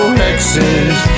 hexes